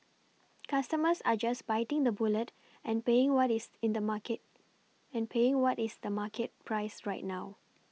customers are just biting the bullet and paying what is in the market and paying what is the market price right now